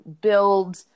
build